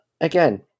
again